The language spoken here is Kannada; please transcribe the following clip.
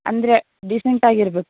ಅಂದರೆ ಡಿಸೆಂಟ್ ಆಗಿರ್ಬೇಕು